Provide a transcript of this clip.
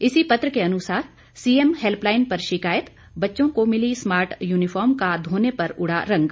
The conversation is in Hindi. इसी पत्र के अनुसार सीएम हेल्पलाइन पर शिकायत बच्चों को मिली स्मार्ट यूनिफार्म का धोने पर उड़ा रंग